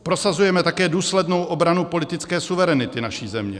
Prosazujeme také důslednou obranu politické suverenity naší země.